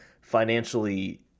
financially